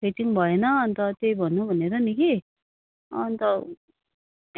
fitting भएन अन्त त्यही भनौँ भनेर नि कि अन्त